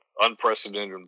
unprecedented